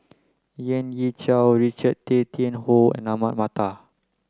Lien Ying Chow Richard Tay Tian Hoe and Ahmad Mattar